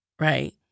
right